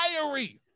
diary